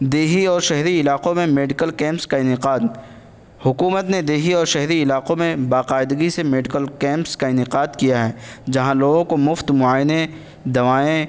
دیہی اور شہری علاقوں میں میڈیکل کیمپس کا انعقاد حکومت نے دیہی اور شہری علاقوں میں باقاعدگی سے میڈیکل کیمپس کا انعقاد کیا ہے جہاں لوگوں کو مفت معائنے دوائیں